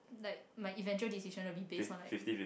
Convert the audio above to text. like my eventual decision will be base on like